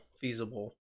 feasible